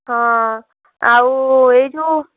ହଁ ଆଉ ଏହି ଯେଉଁ